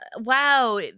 wow